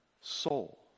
soul